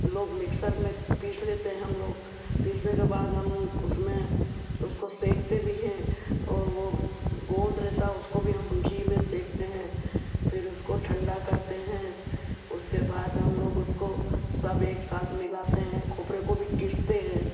लोग मिक्सर में पीस लेते हम लोग पीसने के बाद हम उसमें उसको सेकते भी हैं और वो गोंद रहता उसको भी हम घी में सेकते हैं फिर उसको ठंडा करते हैं उसके बाद हम लोग उसको सब एक साथ मिलाते हैं खोपरे को भी घिसते हैं